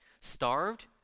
starved